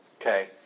Okay